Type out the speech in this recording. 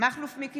מכלוף מיקי